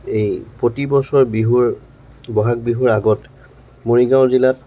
এই প্ৰতিবছৰ বিহুৰ বহাগ বিহুৰ আগত মৰিগাঁও জিলাত